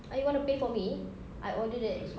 are you gonna pay for me I ordered that